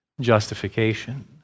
justification